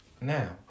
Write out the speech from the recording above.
now